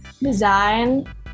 design